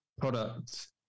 product